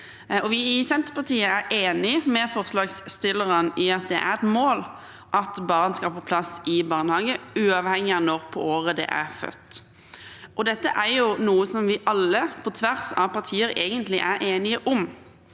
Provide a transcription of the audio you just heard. I Senterpartiet er vi enig med forslagsstillerne i at det er et mål at barn skal få plass i barnehage, uavhengig av når på året de er født. Dette er jo noe som vi alle, på tvers av partilinjer, egentlig er enige om.